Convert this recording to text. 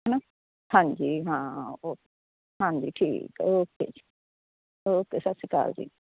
ਹੈ ਨਾ ਹਾਂਜੀ ਹਾਂ ਜੀ ਓਕੇ ਹਾਂਜੀ ਠੀਕ ਓਕੇ ਜੀ ਓਕੇ ਸਤਿ ਸ਼੍ਰੀ ਅਕਾਲ ਜੀ